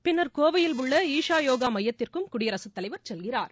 பின்னர் கோவையில் உள்ள ஈசா யோகா மையத்திற்கும் குடியரசு தலைவர் செல்கிறார்